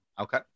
Okay